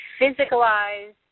physicalized